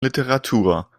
literatur